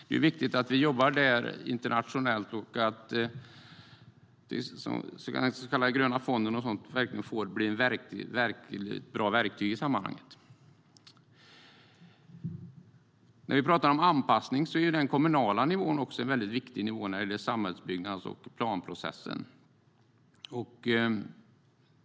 Det är viktigt att vi jobbar internationellt och att den så kallade gröna fonden och liknande blir bra verktyg i sammanhanget. När vi pratar om anpassning är den kommunala nivån viktig i samhällsbyggnads och planprocessen.